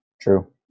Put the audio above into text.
true